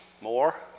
More